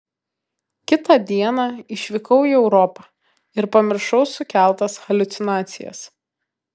kitą dieną išvykau į europą ir pamiršau sukeltas haliucinacijas